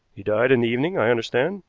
he died in the evening, i understand,